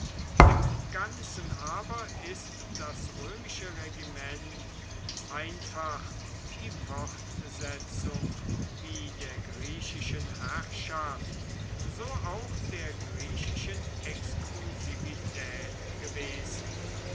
im ganzen aber ist das römische regiment einfach die fortsetzung wie der griechischen herrschaft so auch der griechischen exklusivität gewesen